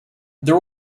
there